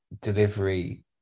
delivery